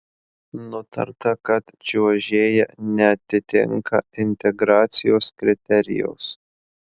nutarta kad čiuožėja neatitinka integracijos kriterijaus